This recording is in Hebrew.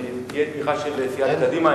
אם תהיה תמיכה של סיעת קדימה,